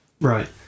Right